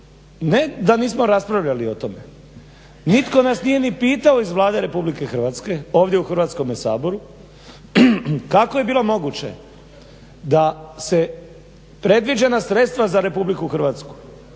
ne da nismo raspravljali o tome, nitko nas nije ni pitao iz Vlade RH ovdje u Hrvatskome saboru kako je bilo moguće da se predviđena sredstva za RH iz fondova